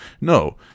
No